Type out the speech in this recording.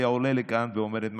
הכנסת.